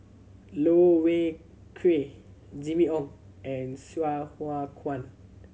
Loh Wai Kiew Jimmy Ong and Sai Hua Kuan